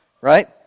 Right